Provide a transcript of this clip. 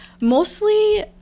mostly